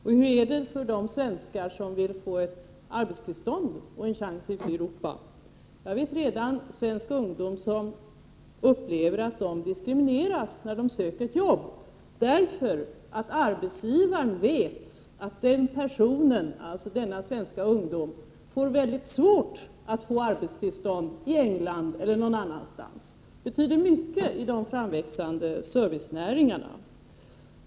Och hur är det för de svenskar som vill få arbetstillstånd och en ny chans ute i Europa? Jag känner till svenska ungdomar som redan upplever att de diskrimineras när de söker ett jobb, därför att arbetsgivaren vet att den här personen kommer att få väldigt svårt att få arbetstillstånd i England eller någon annanstans. Det betyder mycket i de framväxande servicenäringarna.